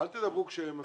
אל תדברו כשהם עסוקים,